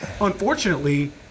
Unfortunately